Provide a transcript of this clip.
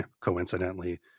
coincidentally